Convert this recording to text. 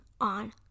on